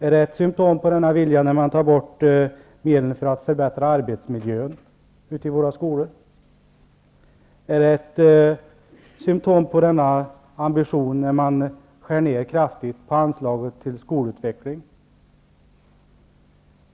Är det ett symptom på denna vilja när man tar bort medlen för att förbättra arbetsmiljön i våra skolor? Är det ett symptom på denna ambition när man skär ner kraftigt på anslaget till skolutveckling?